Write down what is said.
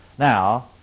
Now